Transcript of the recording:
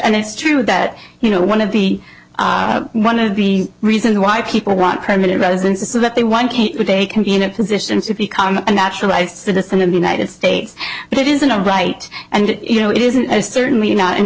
and it's true that you know one of the one of the reasons why people want permanent residence is so that they want but they can be in a position to become a naturalized citizen of the united states but it isn't a right and you know it isn't as certainly not an